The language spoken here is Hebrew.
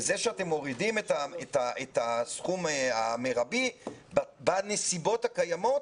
זה שאתם מורידים את הסכום המרבי בנסיבות הקיימות,